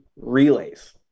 relays